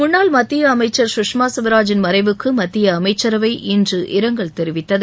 முன்னாள் மத்திய அமைச்சர் சுஷ்மா சுவராஜின் மறைவுக்கு மத்திய அமைச்சரவை இன்று இரங்கல் தெரிவித்தது